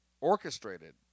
orchestrated